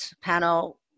panel